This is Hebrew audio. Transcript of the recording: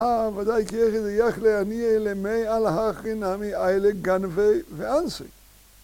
אה, בוודאי כי היכי זה דיכלי עניי למיעל הכי נמי עיילי גנבי ואנשי.